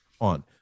on